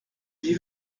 j’ai